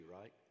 right